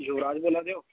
युवराज बोल्ला दे ओ